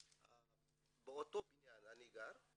באותו בניין שאני גר,